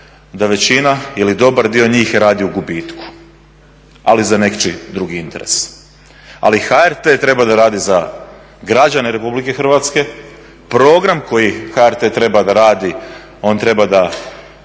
da većina ili dobar dio njih radi u gubitku ali za nečiji drugi interes. Ali HRT treba raditi za građane RH, program koji HRT treba raditi je da